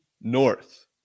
north